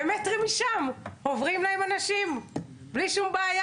ומטרים משם עוברים להם אנשים בלי שום בעיה,